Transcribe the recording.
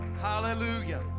Hallelujah